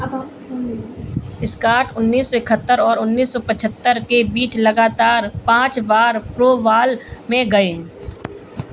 इस्काट उन्नीस सौ इकहत्तर और उन्नीस सौ पचहत्तर के बीच लगातार पाँच बार प्रो वाल में गए